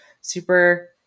super